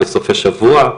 בסופי שבוע,